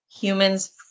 humans